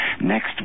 next